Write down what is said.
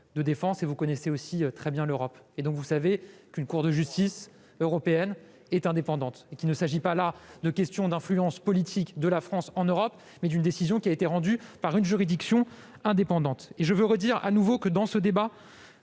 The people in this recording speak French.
de défense et vous connaissez aussi très bien l'Europe. Vous savez donc que la Cour de justice de l'Union européenne est indépendante et qu'il ne s'agit pas là de questions d'influence politique de la France en Europe. C'est une décision qui a été rendue par une juridiction indépendante. J'affirme de nouveau, dans ce débat,